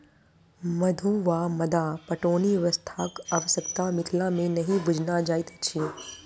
मद्दु वा मद्दा पटौनी व्यवस्थाक आवश्यता मिथिला मे नहि बुझना जाइत अछि